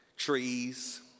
Trees